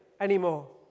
anymore